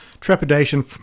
trepidation